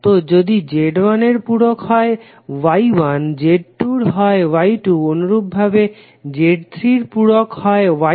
তো যদি Z1 এর পূরক হয় Y1 Z2 এর হয় Y2 এবং অনুরূপভাবে Z3 এর পূরক হয় Y3